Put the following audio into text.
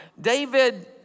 David